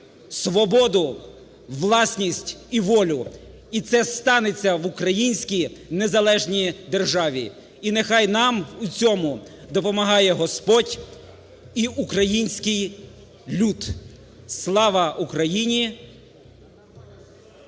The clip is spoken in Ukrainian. свободу, власність і волю. І це станеться в українській незалежній державі, і нехай нам в цьому допомагає Господь і український люд. Слава Україні